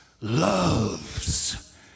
loves